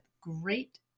great